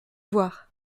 voir